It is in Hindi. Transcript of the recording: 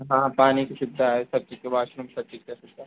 हाँ पानी की सुविधा है सब चीज़ का वाशरूम सब चीज़ का सुविधा है